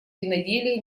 виноделия